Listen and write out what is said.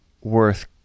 worth